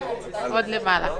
תוכל לענות